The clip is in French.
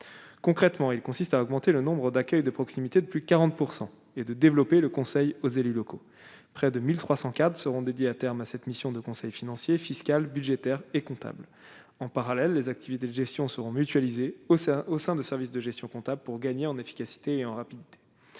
concrètement, il consiste à augmenter le nombre d'accueil de proximité de plus 40 % et de développer le conseil aux élus locaux, près de 1304 seront dédiés à terme à cette mission de conseil financier, fiscal, budgétaire et comptable en parallèle les activités de gestion seront mutualisés au ça au sein des services de gestion comptable, pour gagner en efficacité et en rapidité